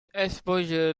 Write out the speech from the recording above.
exposure